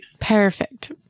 Perfect